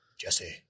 Jesse